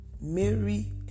Mary